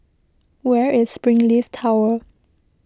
where is Springleaf Tower